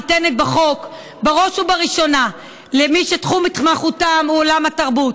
ניתנת בחוק בראש ובראשונה למי שתחום התמחותם הוא עולם התרבות.